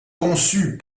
conçue